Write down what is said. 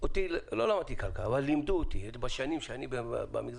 לא למדתי כלכלה אבל בשנים שאני במגזר